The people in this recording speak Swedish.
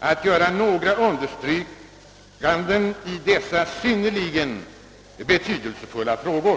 och göra några understrykanden i dessa synnerligen betydelsefulla frågor.